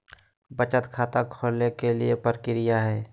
बचत खाता खोले के कि प्रक्रिया है?